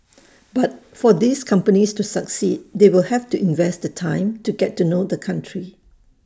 but for these companies to succeed they will have to invest the time to get to know the country